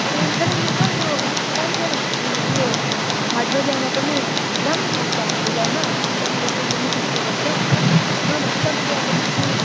ए कालिम्पोङमा यो कान्था भन्ने चिज उयो हाटबजारमा पनि राम्रो पाउँछ हाटबजारमा त्यहाँनिर चाहिँ एकदमै सस्तो गर्छ नभए चाहिँ तपाईँले अब माथि